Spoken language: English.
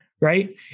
right